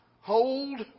hold